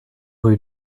rue